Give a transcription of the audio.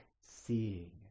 seeing